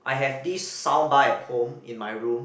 I have this soundbar at home in my room